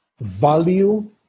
value